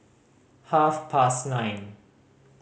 half past nine